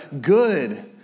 good